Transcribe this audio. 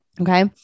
Okay